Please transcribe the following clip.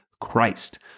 Christ